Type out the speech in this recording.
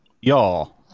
y'all